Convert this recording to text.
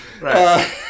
Right